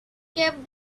kept